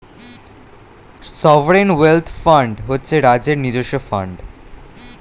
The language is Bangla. সভারেন ওয়েল্থ ফান্ড হচ্ছে রাজ্যের নিজস্ব ফান্ড